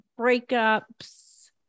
breakups